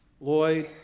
Lloyd